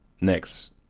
next